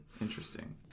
Interesting